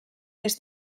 les